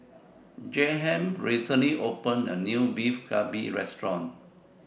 Jaheim recently opened A New Beef Galbi Restaurant